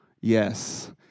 yes